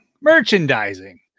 Merchandising